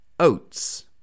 oats